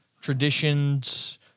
traditions